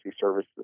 service